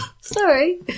Sorry